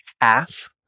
half